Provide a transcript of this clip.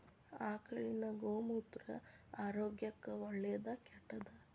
ಆಕಳಿನ ಗೋಮೂತ್ರ ಆರೋಗ್ಯಕ್ಕ ಒಳ್ಳೆದಾ ಕೆಟ್ಟದಾ?